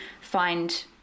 find